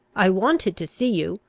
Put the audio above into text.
i wanted to see you.